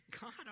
God